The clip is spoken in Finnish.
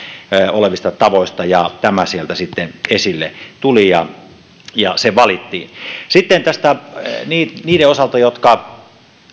olevista tavoista ja tämä sieltä sitten esille tuli ja ja se valittiin sitten niiden osalta jotka